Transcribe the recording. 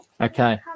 Okay